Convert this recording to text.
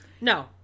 No